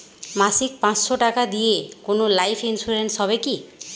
মাসিক পাঁচশো টাকা দিয়ে কোনো লাইফ ইন্সুরেন্স হবে কি?